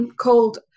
called